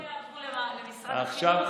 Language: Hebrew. עד שהפעוטות לא יעברו למשרד החינוך,